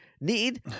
need